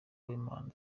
w’imana